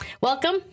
welcome